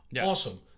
Awesome